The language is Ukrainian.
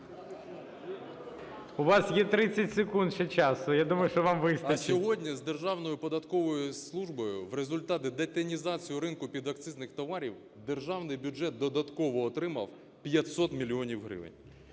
У вас є 30 секунд ще часу, я думаю, що вам вистачить. БАКАНОВ І.Г. А сьогодні з Державною податковою службою в результаті детінізації ринку підакцизних товарів державний бюджет додатково отримав 500 мільйонів